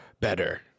better